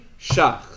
shach